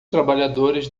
trabalhadores